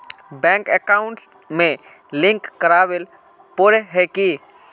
Bank account में link करावेल पारे है की?